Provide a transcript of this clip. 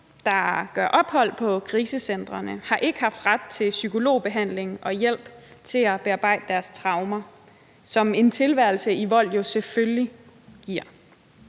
der gør ophold på krisecentrene, har ikke haft ret til psykologbehandling og hjælp til at bearbejde deres traumer, som en tilværelse i vold jo selvfølgelig giver.